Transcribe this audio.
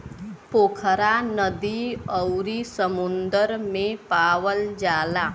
पोखरा नदी अउरी समुंदर में पावल जाला